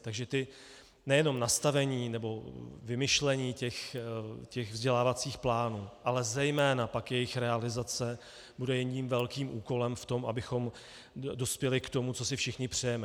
Takže nejenom nastavení nebo vymyšlení vzdělávacích plánů, ale zejména pak jejich realizace bude jedním velkým úkolem v tom, abychom dospěli k tomu, co si všichni přejeme.